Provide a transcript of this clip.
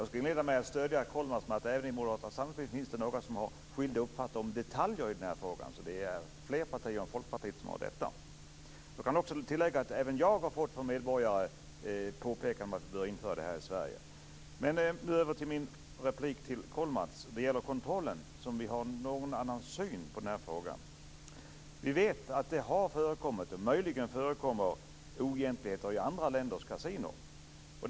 Fru talman! Även i Moderata samlingspartiet finns det skilda uppfattningar om detaljer i den här frågan, så det är i fler partier än Folkpartiet som detta förekommer. Jag har fått påpekanden från medborgare som anser att kasinon bör införas i Sverige. Lennart Kollmats och jag har en något olika syn på frågan om kontrollen. Vi vet att det har förekommit och möjligen förekommer oegentligheter i andra länders kasinon.